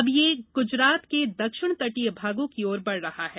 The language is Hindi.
अब यह गुजरात के दक्षिण तटीय भागों की ओर बढ रहा है